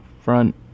front